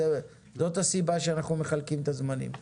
זאת הסיבה שאנחנו מחלקים את הזמנים,